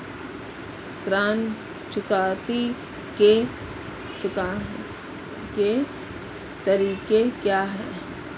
ऋण चुकौती के तरीके क्या हैं?